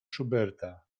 schuberta